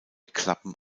klappen